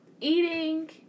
eating